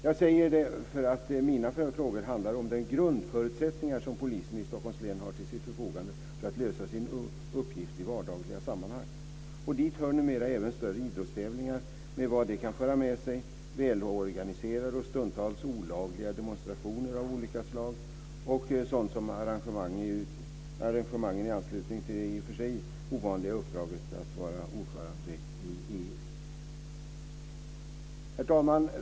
Jag säger det därför att mina frågor handlar om de grundförutsättningar som polisen i Stockholms län har till sitt förfogande för att lösa sin uppgift i vardagliga sammanhang. Dit hör numera även större idrottstävlingar och vad de kan föra med sig, välorganiserade och stundtals olagliga demonstrationer av olika slag och sådant som arrangemangen i anslutning till det i och för sig ovanliga uppdraget att vara ordförande i EU. Herr talman!